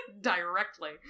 Directly